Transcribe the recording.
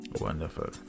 wonderful